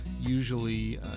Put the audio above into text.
usually